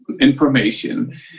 information